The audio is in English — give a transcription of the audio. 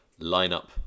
lineup